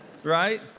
Right